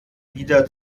wieder